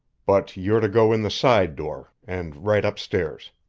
but you're to go in the side door, and right up stairs.